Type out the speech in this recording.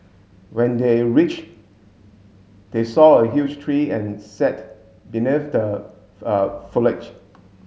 when they reached they saw a huge tree and sat beneath the foliage